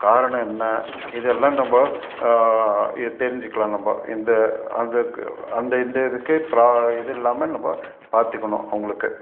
காரணம் என்ன இதெல்லாம் நம்ம தெரிஞ்சுக்கிலாம் நம்ம இந்த அதுக்கு அந்த இந்த இதுக்கே ப்ரா இது இல்லாமல் நம்ம பார்த்துக்கணும் அவங்களுக்கு